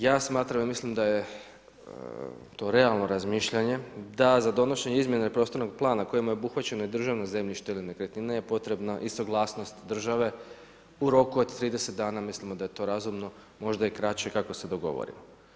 Ja smatram i mislim da je to realno razmišljanje da za donošenje izmjene prostornog plana kojim je obuhvaćeno i državno zemljište ili nekretnine je potrebna i suglasnost države u roku od 30 dana mislimo da je to razumno, možda i kraće kako se dogovorimo.